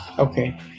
Okay